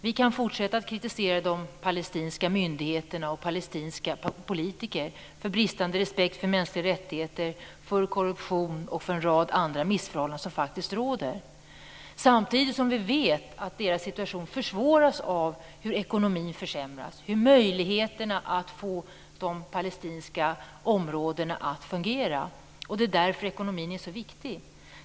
Vi kan fortsätta att kritisera palestinska myndigheter och politiker för bristande respekt för mänskliga rättigheter, korruption och en rad andra missförhållanden som faktiskt råder. Samtidigt vet vi att palestiniernas situation försvåras av att ekonomin försämras och av möjligheterna att få de palestinska områdena att fungera. Därför är ekonomin så viktig.